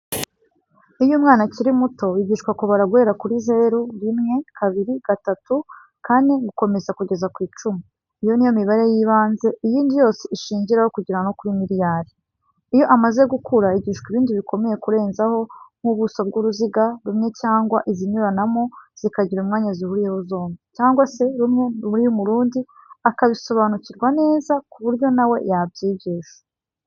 Iyo umwana akiri muto, yigishwa kubara guhera kuri zeru, rimwe, kabiri, gatatu, kane, gukomeza kugeza ku icumi. Iyo ni yo mibare y'ibanze iyindi yose ishingiraho kugera no kuri miliyari. Iyo amaze gukura yigishwa ibindi bikomeye kurenzaho, nk'ubuso bw'uruziga rumwe cyangwa izinyuranamo zikagira umwanya zihuriyeho zombi, cyangwa se rumwe ruri mu rundi, akabisobanukirwa neza ku buryo na we yabyigisha.